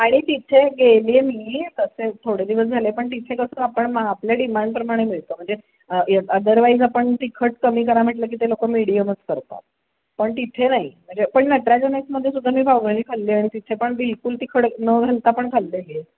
आणि तिथे गेली आहे मी तसे थोडे दिवस झाले पण तिथे कसं आपण मग आपल्या डिमांडप्रमाणे मिळतं म्हणजे अदरवाईज आपण तिखट कमी करा म्हटलं की ते लोक मिडियमच करतात पण तिथे नाही म्हणजे पण नटराज एन एक्समध्ये सुद्धा मी पावभाजी खाल्ली आहे आणि तिथे पण बिलकुल तिखट न घालता पण खाल्लेली आहे